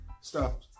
stop